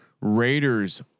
Raiders